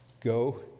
go